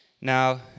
Now